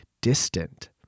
distant